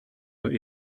were